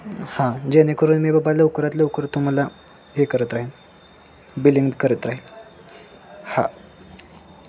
हां जेणेकरून मी बाबा लवकरात लवकर तुम्हाला हे करत राहीन बिलिंग करत राहील हां